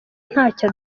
ntacyo